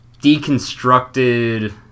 deconstructed